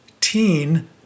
Teen